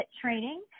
training